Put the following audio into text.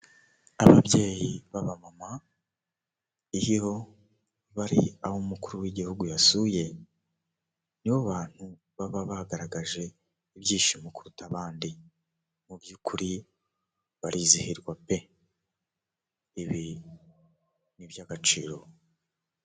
Ababyeyi b'abamama iyi bari aho umukuru w'igihugu yasuye, nibo bantu baba bagaragaje ibyishimo kuruta abandi, mu by'ukuri barizihirwa pe! Ibi ni iby'agaciro.